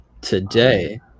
today